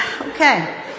Okay